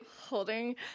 holding